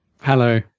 Hello